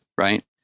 Right